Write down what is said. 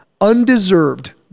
undeserved